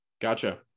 Gotcha